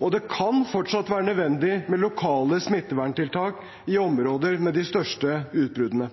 og det kan fortsatt være nødvendig med lokale smitteverntiltak i områder med de største utbruddene.